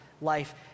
life